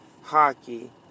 hockey